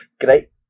Great